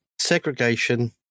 segregation